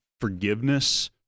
forgiveness